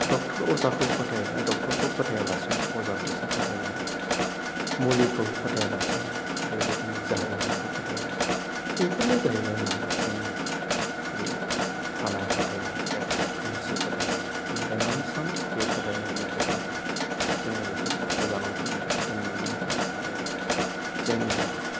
doctor अजाखौ फोथायो ड'क्टरखौ फोथायालासिनो अजाखौसो फोथायनाय मुलिखौ फोथायालासिनो बेबादिनो जारिनायखौ फोथायनाय बेफोरनो जाहैबाय मा जोंनि खाना फोथायनाय एबा खोमसि फोथायनाय बेनिखायनो आं सानो बे फोथायनायनिफ्राय जों जोङो बेखौ गोजानाव जोङो दोननो नांगोन आरो जोंनि